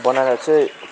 बनाएर चाहिँ